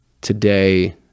today